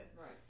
Right